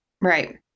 Right